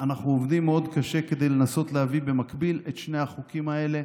אנחנו עובדים מאוד קשה כדי לנסות להביא במקביל את שני החוקים האלה,